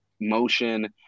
motion